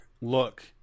look